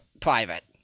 private